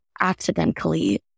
accidentally